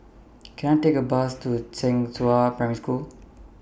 Can I Take A Bus to Zhenghua Primary School